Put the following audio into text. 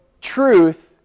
truth